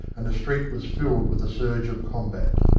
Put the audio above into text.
and the street was filled with a surge of combat.